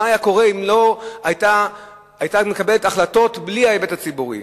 מה היה קורה אם היו מתקבלות החלטות בלי ההיבט הציבורי.